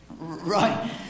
Right